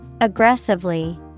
Aggressively